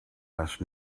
ask